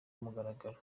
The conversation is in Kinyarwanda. kumugaragaro